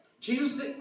Jesus